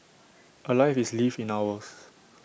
A life is lived in hours